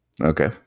Okay